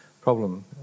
problem